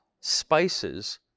spices